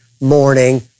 morning